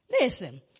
Listen